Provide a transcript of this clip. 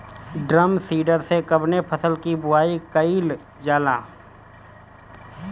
Drum seeder से कवने फसल कि बुआई कयील जाला?